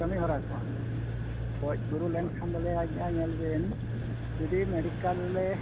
ᱠᱟᱹᱢᱤ ᱦᱚᱨᱟ ᱠᱚᱣᱟ ᱜᱚᱡ ᱜᱩᱨᱩ ᱞᱮᱱᱠᱷᱟᱱ ᱫᱚᱞᱮ ᱧᱮᱞ ᱵᱤᱱ ᱡᱩᱫᱤ ᱢᱮᱰᱤᱠᱮᱞ ᱞᱮᱨᱮ